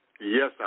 Yes